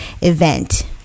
event